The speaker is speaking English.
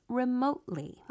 remotely